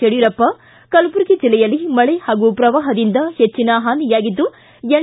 ಯಡಿಯೂರಪ್ಪ ಕಲಬುರಗಿ ಜಿಲ್ಲೆಯಲ್ಲಿ ಮಳೆ ಹಾಗೂ ಪ್ರವಾಹದಿಂದ ಹೆಚ್ಚಿನ ಹಾನಿಯಾಗಿದ್ದು ಎನ್